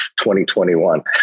2021